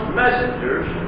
messengers